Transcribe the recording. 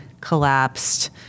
collapsed